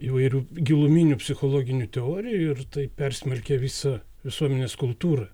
įvairių giluminių psichologinių teorijų ir tai persmelkė visą visuomenės kultūrą